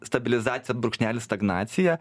stabilizacija brūkšnelis stagnacija